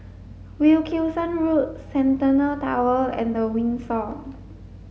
Wilkinson Road Centennial Tower and The Windsor